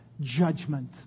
judgment